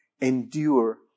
endure